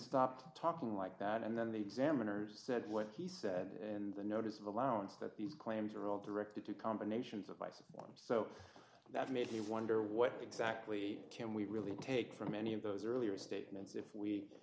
stop talking like that and then the examiners said what he said in the notice of allowance that these claims are all directed to combinations of ice forms so that made me wonder what exactly can we really take from any of those earlier statements if we